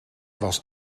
was